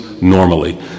normally